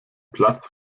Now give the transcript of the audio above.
platz